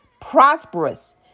prosperous